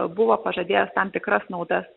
buvo pažadėjęs tam tikras naudas